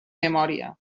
memòria